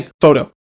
Photo